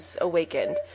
awakened